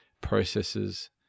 processes